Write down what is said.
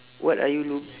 what are you look